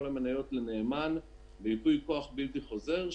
המניות לנאמן וייפוי כוח בלתי חוזר,